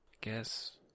guess